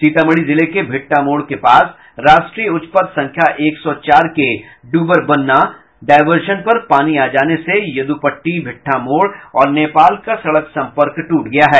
सीतामढ़ी जिले के भिट्ठामोड़ के पास राष्ट्रीय उच्च पथ संख्या एक सौ चार के डुबरबन्ना डायवर्सन पर पानी आ जाने से यद्रपट्टी भिट्ठामोड़ और नेपाल का सड़क सम्पर्क ट्रट गया है